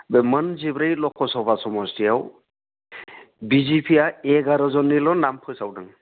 बे मोनजिब्रै लक'सभा समस्तियाव बिजेपिआ एघार'जोननिल' नाम फोसावदों